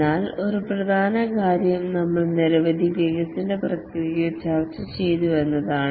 എന്നാൽ ഒരു പ്രധാന കാര്യം നമ്മൾ നിരവധി വികസന പ്രക്രിയകൾ ചർച്ച ചെയ്തു എന്നതാണ്